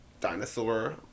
dinosaur